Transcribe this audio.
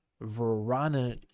Verona